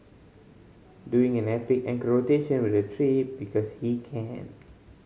doing an epic ankle rotation with the tree because he can